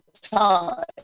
time